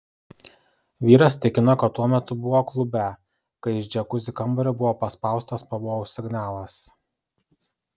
vyras tikino kad tuo metu buvo klube kai iš džiakuzi kambario buvo paspaustas pavojaus signalas